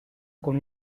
con